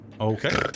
Okay